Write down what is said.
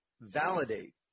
validate